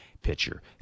pitcher